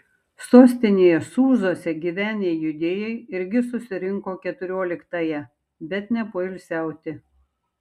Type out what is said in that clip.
sostinėje sūzuose gyvenę judėjai irgi susirinko keturioliktąją bet ne poilsiauti